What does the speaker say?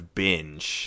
binge